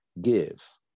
give